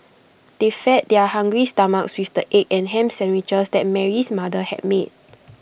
they fed their hungry stomachs with the egg and Ham Sandwiches that Mary's mother had made